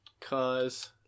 cause